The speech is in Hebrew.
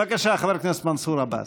בבקשה, חבר הכנסת מנסור עבאס.